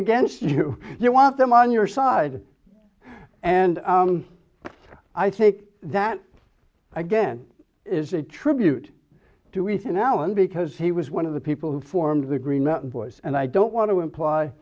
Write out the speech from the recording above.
against you they want them on your side and i think that again is a tribute to ethan allen because he was one of the people who formed the green mountain boys and i don't want to imply